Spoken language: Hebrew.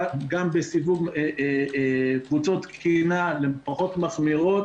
גם בסיווג קבוצות תקינה פחות מחמירות